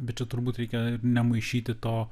bet čia turbūt reikia ir nemaišyti to